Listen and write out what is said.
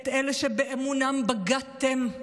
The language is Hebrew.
את אלה שבאמונם בגדתם,